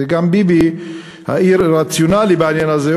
ביבי אי-רציונלי גם בעניין הזה,